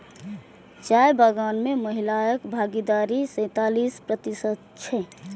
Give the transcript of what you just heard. चाय बगान मे महिलाक भागीदारी सैंतालिस प्रतिशत छै